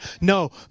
No